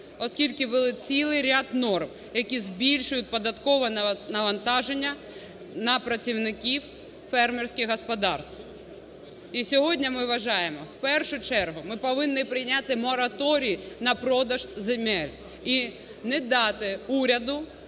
оскільки ввели цілий ряд норм, які збільшують податкове навантаження на працівників фермерських господарств? І сьогодні ми вважаємо, в першу чергу ми повинні прийняти мораторій на продаж земель і не дати уряду